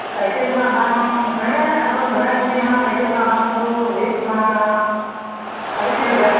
cycle ᱨᱮᱭᱟᱜ ᱫᱟᱢ ᱦᱮᱸ ᱟᱫᱚᱧ ᱵᱟᱰᱟᱭ ᱚᱪᱚ ᱢᱮᱭᱟ ᱦᱟᱜ ᱥᱟᱭᱠᱮᱞ ᱨᱮᱱᱟᱜ ᱫᱟᱢ ᱫᱳ ᱦᱩᱭᱩᱜ ᱠᱟᱱᱟ ᱥᱟᱲᱮ ᱪᱟᱹᱨ ᱦᱟᱡᱟᱨ